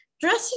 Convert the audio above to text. Dressing